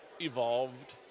evolved